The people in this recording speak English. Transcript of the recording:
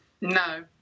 no